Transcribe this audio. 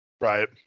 Right